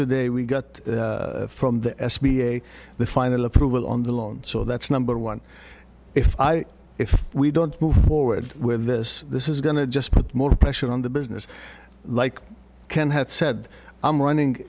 today we got from the s b a the final approval on the loan so that's number one if i if we don't move forward with this this is going to just put more pressure on the business like ken had said i'm running